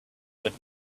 would